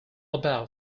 about